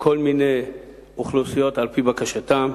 לכל מיני אוכלוסיות, על-פי בקשתן: